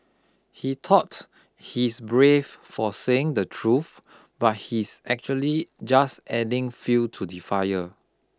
he thought he's brave for saying the truth but he's actually just adding fuel to the fire